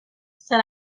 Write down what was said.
said